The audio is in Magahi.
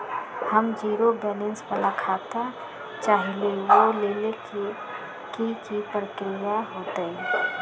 हम जीरो बैलेंस वाला खाता चाहइले वो लेल की की प्रक्रिया होतई?